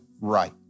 right